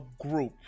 group